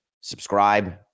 subscribe